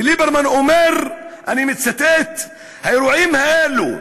וליברמן אומר, אני מצטט: האירועים האלה,